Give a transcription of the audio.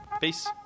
Peace